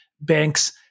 banks